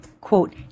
quote